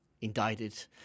indicted